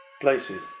places